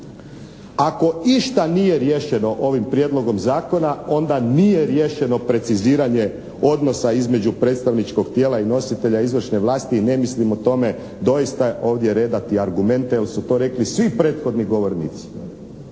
Ako išta nije riješeno ovim prijedlogom zakona, onda nije riješeno preciziranje odnosa između predstavničkog tijela i nositelja izvršne vlasti i ne mislim o tome doista ovdje redati argumente jer su to rekli sve prethodni govornici.